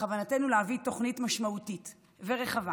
בכוונתנו להביא תוכנית משמעותית ורחבה